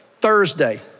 Thursday